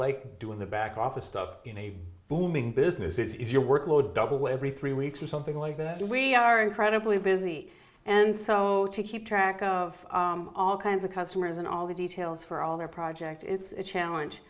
like doing the back office stuff in a booming business is your workload double every three weeks or something like that and we are incredibly busy and so to keep track of all kinds of customers and all the details for all their project it's challenge